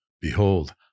Behold